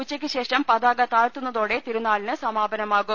ഉച്ചയ്ക്കുശേഷം പതാക താഴ്ത്തുന്നതോടെ തിരുനാളിന് സമാപനമാകും